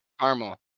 Caramel